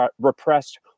repressed